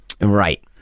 Right